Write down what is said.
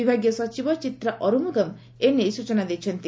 ବିଭାଗୀୟ ସଚିବ ଚିତ୍ରା ଅରୁମୁଗମ୍ ଏନେଇ ସୂଚନା ଦେଇଛନ୍ତି